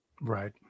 Right